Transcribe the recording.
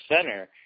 center